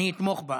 אני אתמוך בה.